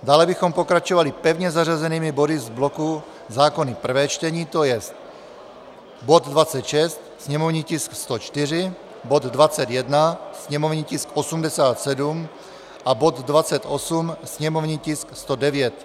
Dále bychom pokračovali pevně zařazenými body z bloku zákonů v prvém čtení, to je bod 26, sněmovní tisk 104, bod 21, sněmovní tisk 87, a bod 28, sněmovní tisk 109.